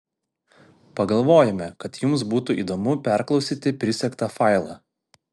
pagalvojome kad jums būtų įdomu perklausyti prisegtą failą